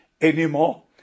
anymore